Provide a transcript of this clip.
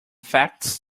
facts